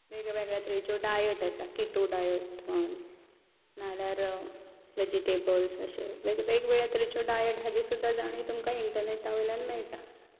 वेगवेगळ्या तरेच्यो ज्यो डायट आसात किटो डायट नाल्यार वेजीटेबल्स अशे वेगवेगळ्या तरेच्यो डायट हाची सुद्द जाणीव तुमकां इंटरनेटा वयल्यान मेळटा